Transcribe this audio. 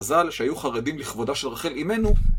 חז"ל שהיו חרדים לכבודה של רחל אמנו.